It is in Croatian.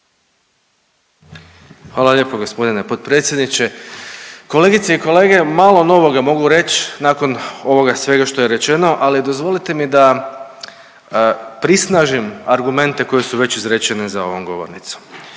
Hvala lijepo g. potpredsjedniče. Kolegice i kolege. Malo novoga mogu reć nakon ovoga svega što je rečeno, ali dozvolite mi da prisnažim argumente koje su već izrečene za ovom govornicom.